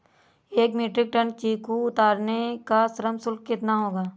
एक metric ton चीकू उतारने का श्रम शुल्क कितना होगा?